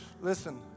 listen